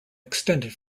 extended